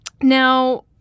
Now